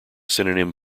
synonym